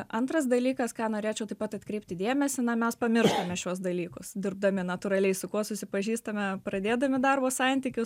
antras dalykas ką norėčiau taip pat atkreipti dėmesį na mes pamirštame šiuos dalykus dirbdami natūraliai su kuo susipažįstame pradėdami darbo santykius